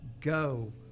go